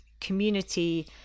community